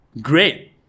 Great